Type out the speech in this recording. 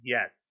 Yes